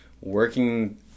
working